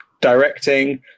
directing